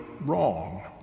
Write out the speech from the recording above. wrong